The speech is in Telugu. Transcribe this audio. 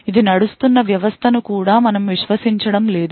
ఇది నడుస్తున్న వ్యవస్థను కూడా మనము విశ్వసించడం లేదు